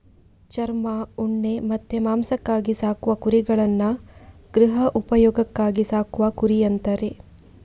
ಚರ್ಮ, ಉಣ್ಣೆ ಮತ್ತೆ ಮಾಂಸಕ್ಕಾಗಿ ಸಾಕುವ ಕುರಿಗಳನ್ನ ಗೃಹ ಉಪಯೋಗಕ್ಕಾಗಿ ಸಾಕುವ ಕುರಿ ಅಂತಾರೆ